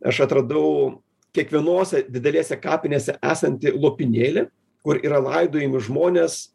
aš atradau kiekvienose didelėse kapinėse esantį lopinėlį kur yra laidojami žmonės